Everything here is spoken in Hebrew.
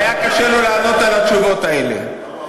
(חבר הכנסת אחמד טיבי יוצא מאולם המליאה.)